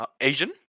Asian